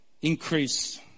increase